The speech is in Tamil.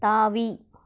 தாவி